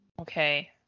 Okay